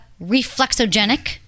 reflexogenic